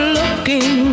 looking